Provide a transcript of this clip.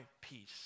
peace